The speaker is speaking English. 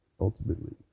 ultimately